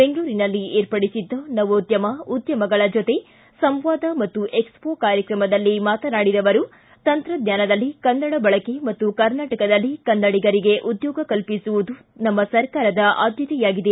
ಬೆಂಗಳೂರಿನಲ್ಲಿ ವಿರ್ಪಡಿಸಿದ್ದ ನವೋದ್ದಮ ಉದ್ದಮಗಳ ಜತೆ ಸಂವಾದ ಮತ್ತು ಎಕ್ಸ್ ಪೊ ಕಾರ್ಯಕ್ರಮದಲ್ಲಿ ಮಾತನಾಡಿದ ಅವರು ತಂತ್ರಜ್ಞಾನದಲ್ಲಿ ಕನ್ನಡ ಬಳಕೆ ಮತ್ತು ಕರ್ನಾಟಕದಲ್ಲಿ ಕನ್ನಡಿಗರಿಗೆ ಉದ್ನೋಗ ಕಲಿಸುವುದು ನಮ್ನ ಸರ್ಕಾರದ ಆದ್ನತೆಯಾಗಿದೆ